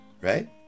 right